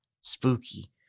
spooky